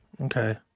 Okay